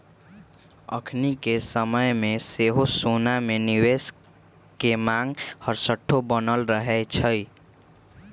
अखनिके समय में सेहो सोना में निवेश के मांग हरसठ्ठो बनल रहै छइ